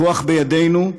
הכוח בידינו,